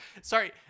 Sorry